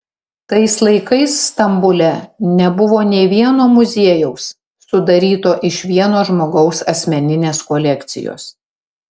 tais laikais stambule nebuvo nė vieno muziejaus sudaryto iš vieno žmogaus asmeninės kolekcijos